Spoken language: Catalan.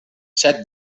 set